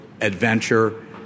adventure